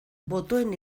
botoen